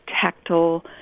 tactile